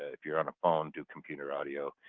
if you're on a phone do computer audio.